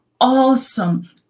awesome